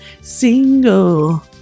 Single